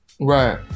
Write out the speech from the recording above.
Right